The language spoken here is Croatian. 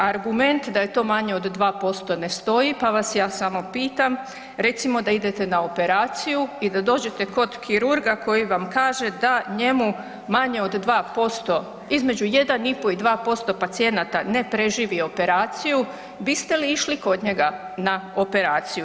Argument da je to manje od 2% ne stoji pa vas ja samo pitam, recimo da idete na operaciju i da dođete kod kirurga koji vam kaže da njemu manje od 2%, između 1 i pol i 2% pacijenata ne preživi operaciju, biste li išli kod njega na operaciju?